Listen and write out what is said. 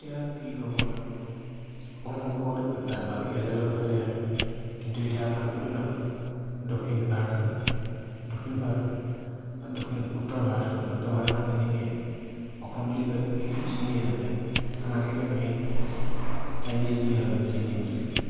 এতিয়া কি ক'ব আৰু অসমৰ সম্পৰ্কটো বাকী ৰাজ্যৰ লগত ভালেই হয় কিন্তু এতিয়া আমাক হৈ গ'ল দক্ষিণ ভাৰত হৈ গ'ল দক্ষিণ ভাৰত দক্ষিণ উত্তৰ ভাৰত হৈ গ'ল উত্তৰ ভাৰতৰ মানুহখিনিয়ে অসম বুলি কয় কি চিনিয়ে নাপায় আমাক একদম সেই চাইনিজ বুলি ভাবে চিনি বুলি